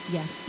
Yes